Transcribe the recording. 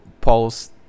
Paul's